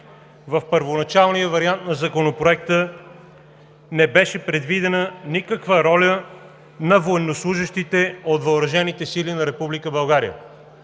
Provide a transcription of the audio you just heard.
В първоначалния вариант на Законопроекта не беше предвидена никаква роля на военнослужещите от въоръжените сили на